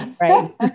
right